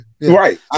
right